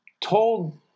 told